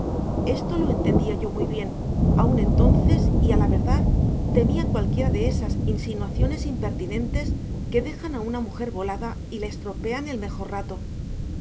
esto lo entendía yo muy bien aun entonces y a la verdad temía cualquiera de esas insinuaciones impertinentes que dejan a una mujer volada y le estropean el mejor rato